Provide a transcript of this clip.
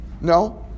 No